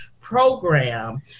program